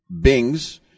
bings